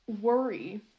worry